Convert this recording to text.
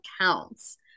counts